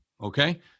okay